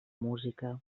música